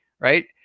right